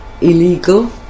illegal